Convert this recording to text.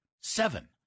Seven